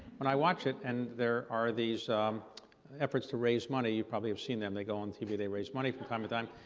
when i watch it and there are these efforts to raise money, probably you've seen them, they go on tv, they raise money from time to time,